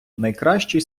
найкращий